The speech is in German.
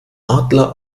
adler